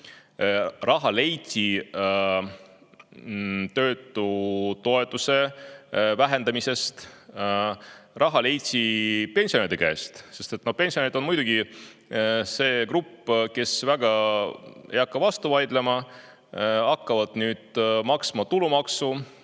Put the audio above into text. Raha [saadakse] töötutoetuse vähendamisega, raha saadakse pensionäride käest. Pensionärid on muidugi see grupp, kes väga ei hakka vastu vaidlema. Nad hakkavad nüüd maksma tulumaksu,